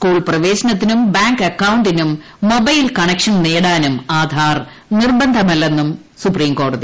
school പ്രവേശനത്തിനും bank അക്കൌ ിനും മൊബൈൽ കണക്ഷൻ നേടാനും ആധാർ നിർബന്ധമല്ലെന്നും സുപ്രിംകോടതി